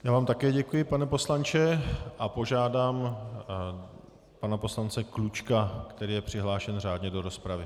Já vám také děkuji, pane poslanče, a požádám pana poslance Klučku, který je přihlášen řádně do rozpravy.